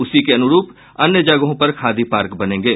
उसी के अनुरूप अन्य जगहों पर खादी पार्क बनेंगे